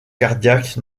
cardiaques